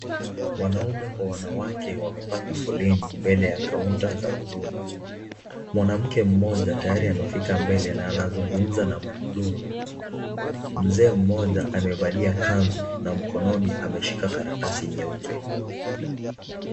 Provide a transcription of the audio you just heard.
Wanaume kwa wanawake wamepanga foleni mbele ya kaunta ya huduma. Mwanamke mmoja tayari amefika mbele na anazungumza na mhudumu. Mzee mmoja amevalia kanzu na mkononi ameshika karatasi nyeupe.